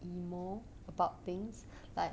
you know about things like